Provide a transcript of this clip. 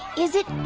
is it a,